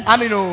Amen